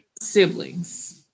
siblings